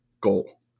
goal